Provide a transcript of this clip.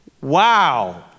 Wow